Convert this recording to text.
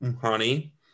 honey